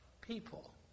people